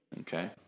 Okay